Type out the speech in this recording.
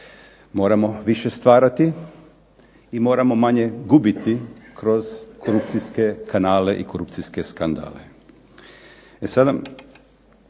Moramo više stvarati i moramo manje gubiti kroz korupcijske kanale i korupcijske skandale.